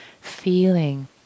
feeling